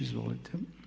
Izvolite.